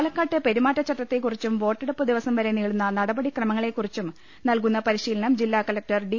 പാലക്കാട്ട് പെരുമാറ്റച്ചട്ടത്തെക്കുറിച്ചും വോട്ടെടുപ്പ് ദിവസം വരെ നീളുന്ന നടപടി ക്രമങ്ങളെ കുറിച്ചും നൽകുന്ന പരിശീലനം ജില്ലാ കലക്ടർ ഡി